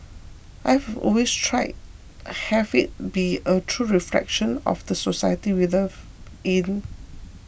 I've always tried have it be a true reflection of the society we live in